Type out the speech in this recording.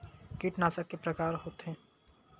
कीटनाशक के प्रकार के होथे?